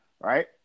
right